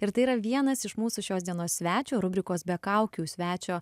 ir tai yra vienas iš mūsų šios dienos svečio rubrikos be kaukių svečio